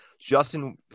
justin